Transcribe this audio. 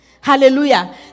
hallelujah